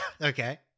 Okay